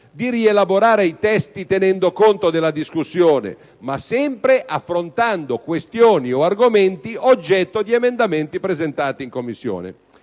di rielaborare i testi tenendo conto della discussione, ma sempre affrontando questioni o argomenti oggetto di emendamenti presentati in Commissione.